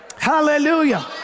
hallelujah